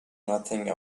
nothing